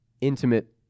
intimate